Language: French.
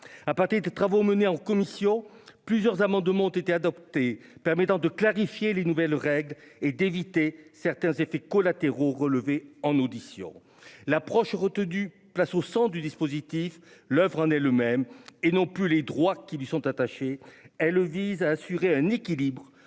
À partir des travaux menés en commission, plusieurs amendements ont été adoptés en vue de clarifier les nouvelles règles et d'éviter certains effets collatéraux relevés lors des auditions. L'approche retenue place au centre du dispositif non plus les droits qui lui sont attachés, mais l'oeuvre en elle-même.